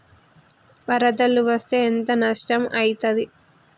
వరదలు వస్తే ఎంత నష్టం ఐతది?